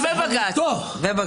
ובג"ץ.